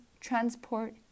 transport